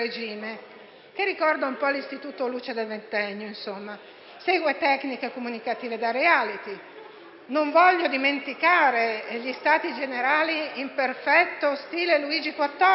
che ricorda un po' l'Istituto Luce del Ventennio e segue tecniche comunicative da *reality*. Non voglio dimenticare gli Stati Generali in perfetto stile Luigi XIV.